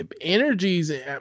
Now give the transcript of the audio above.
energies